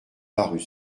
parut